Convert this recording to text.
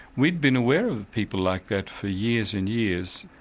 we'd been aware of people like that for years and years.